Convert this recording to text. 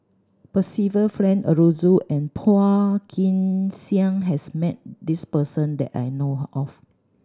Percival Frank Aroozoo and Phua Kin Siang has met this person that I know of